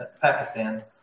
Pakistan